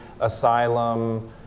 asylum